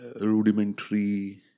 rudimentary